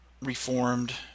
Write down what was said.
reformed